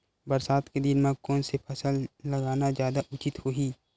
बरसात के दिन म कोन से फसल लगाना जादा उचित होही?